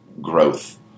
growth